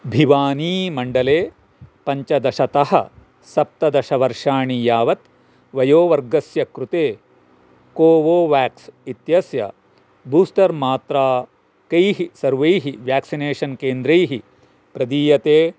भिवानीमण्डले पञ्चदशतः सप्तदशवर्षाणि यावत् वयोवर्गस्य कृते कोवोवेक्स् इत्यस्य बूस्टर् मात्रा कैः सर्वैः व्याक्सीनेषन् केन्द्रैः प्रदीयते